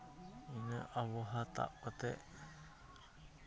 ᱤᱱᱟᱹ ᱟᱵᱚᱦᱟᱣᱟ ᱛᱟᱯ ᱠᱟᱛᱮᱫ